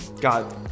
God